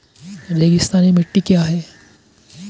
रेगिस्तानी मिट्टी क्या है?